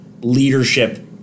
leadership